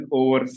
over